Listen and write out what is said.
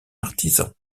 artisans